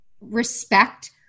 respect